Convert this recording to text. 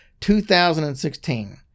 2016